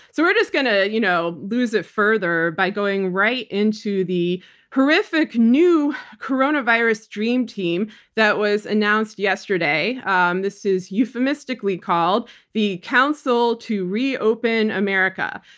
so we're just going to you know lose it further by going right into the horrific new coronavirus dream team that was announced yesterday. um this is euphemistically called the council to reopen america,